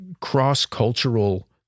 cross-cultural